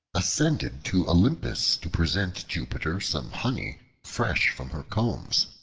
ascended to olympus to present jupiter some honey fresh from her combs.